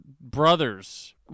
brother's